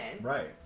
Right